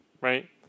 right